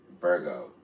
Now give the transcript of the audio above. Virgo